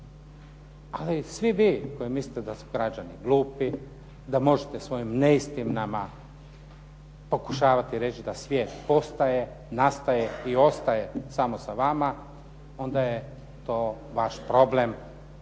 Ali svi vi koji mislite da su građani glupi, da možete svojim neistinama pokušavati reći da svijet postaje, nastaje i ostaje samo sa vama onda je to vaš problem